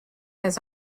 his